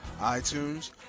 iTunes